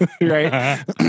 right